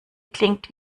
klingt